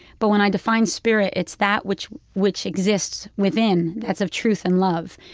but when i define spirit, it's that which which exists within that's of truth and love.